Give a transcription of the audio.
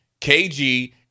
KG